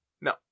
No